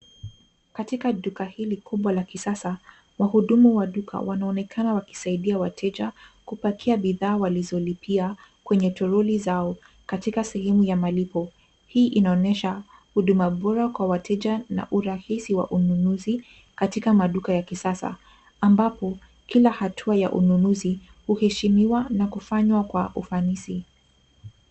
Katika duka hili kubwa la kisasa wahudumu wa duka wanaonekana wakisaidia wateja kupakia bidhaa walizolipia kwenye toroli zao katika sehemu ya malipo. Hii inaonyesha huduma bora kwa wateja na urahisi wa ununuzi katika maduka ya kisasa ambapo kila hatua ya ununuzi huheshimiwa na kufanywa kwa ufanisi.